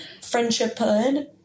friendshiphood